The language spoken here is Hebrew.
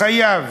חייב,